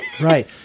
Right